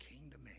kingdom